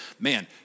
man